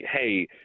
hey –